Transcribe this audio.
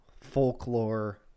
folklore